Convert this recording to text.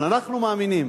אבל אנחנו מאמינים